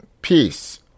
peace